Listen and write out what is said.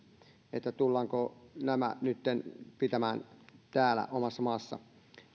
että tullaanko nämä nytten pitämään täällä omassa maassa